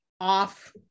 off